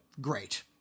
great